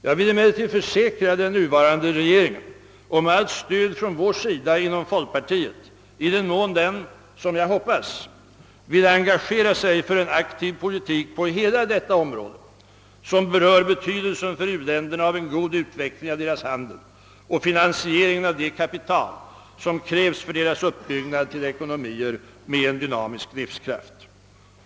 Jag vill emellertid försäkra den nuvarande regeringen om allt stöd från vår sida inom folkpartiet i den mån den, som jag hoppas, vill engagera sig för en aktiv politik på hela detta område som berör betydelsen för u-länderna av en god utveckling av deras handel och av finansieringen av det kapital som krävs för deras uppbyggnad till ekonomier med en dynamisk livskraft.